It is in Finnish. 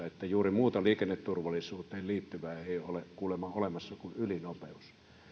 että juuri muuta liikenneturvallisuuteen liittyvää ei ole kuulemma olemassa kuin ylinopeus